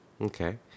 Okay